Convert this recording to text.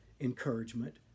encouragement